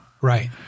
Right